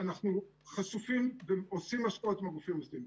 אנחנו חשופים ועושים השקעות עם הגופים המוסדיים.